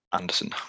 Anderson